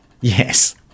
Yes